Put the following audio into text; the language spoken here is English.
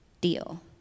deal